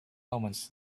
omens